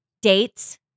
dates